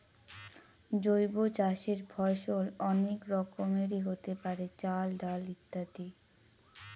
জৈব চাষের ফসল অনেক রকমেরই হতে পারে, চাল, ডাল ইত্যাদি